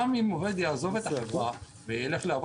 גם אם עובד יעזוב את החברה וילך לעבוד